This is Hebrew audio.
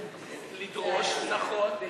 שאני